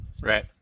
Right